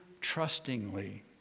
trustingly